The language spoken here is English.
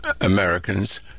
Americans